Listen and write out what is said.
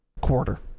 quarter